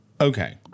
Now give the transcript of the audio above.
okay